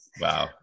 Wow